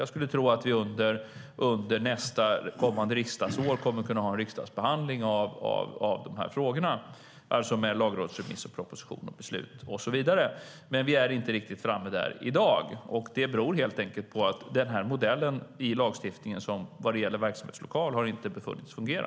Jag skulle tro att vi under kommande riksdagsår kommer att kunna ha en riksdagsbehandling av de här frågorna, alltså med lagrådsremiss, proposition, beslut och så vidare. Vi är dock inte riktigt framme där i dag, och det beror helt enkelt på att den här modellen i lagstiftningen vad gäller verksamhetslokal inte har befunnits fungera.